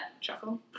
chuckle